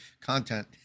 content